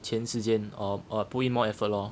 钱时间 or or put in more effort lor